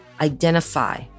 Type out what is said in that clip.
identify